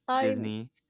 Disney